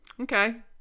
Okay